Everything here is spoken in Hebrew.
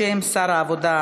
בשם שר העבודה,